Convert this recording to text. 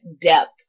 depth